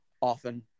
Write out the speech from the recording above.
often